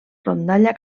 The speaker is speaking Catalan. rondalla